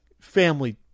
family